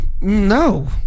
No